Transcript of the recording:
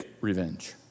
revenge